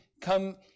come